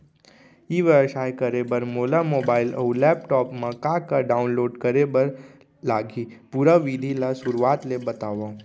ई व्यवसाय करे बर मोला मोबाइल अऊ लैपटॉप मा का का डाऊनलोड करे बर लागही, पुरा विधि ला शुरुआत ले बतावव?